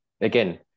again